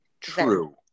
True